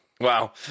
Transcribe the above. Wow